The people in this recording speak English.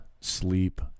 sleep